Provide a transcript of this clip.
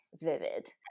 vivid